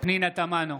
פנינה תמנו,